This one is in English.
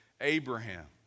Abraham